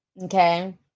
okay